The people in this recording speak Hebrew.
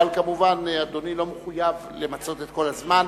אבל, כמובן, אדוני לא מחויב למצות את כל הזמן.